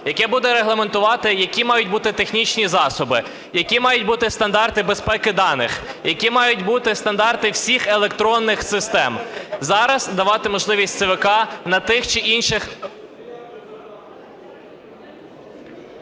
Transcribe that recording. яке буде регламентувати, які мають бути технічні засоби, які мають бути стандарти безпеки даних, які мають бути стандарти всіх електронних систем, зараз давати можливість ЦВК на тих чи інших…